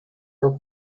were